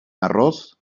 arroz